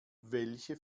welche